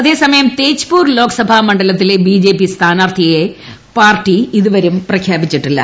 അതേസമയം തേജ്പൂർ ലോക്സഭാ മണ്ഡലത്തിലെ ബിജെപി സ്ഥാനാർഥിയെ പാർട്ടി ഇതുവരെയും പ്രഖ്യാപിച്ചിട്ടില്ല